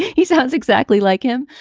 he sounds exactly like him.